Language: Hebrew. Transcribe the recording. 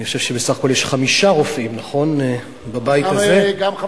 אני חושב שבסך הכול יש חמישה רופאים בבית הזה,